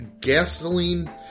Gasoline